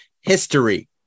history